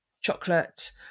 chocolate